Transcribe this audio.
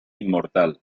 inmortal